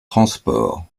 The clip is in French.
transport